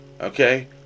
okay